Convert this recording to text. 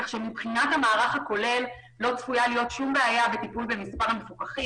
מבחינת המערך הכולל לא צפויה להיות שום בעיה בטיפול במספר המפוקחים.